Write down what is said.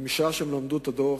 ומשעה שהם למדו את הדוח,